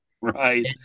right